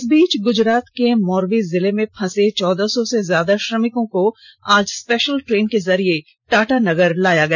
इस बीच गुजरात के मौरवी जिले में फंसे चौदह सौ से ज्यादा श्रमिको को आज स्पेषल ट्रेन के जरिये टाटानगर लाया गया